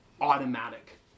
automatic